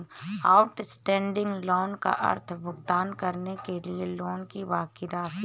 outstanding loan का अर्थ भुगतान करने के लिए लोन की बाकि राशि है